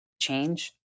change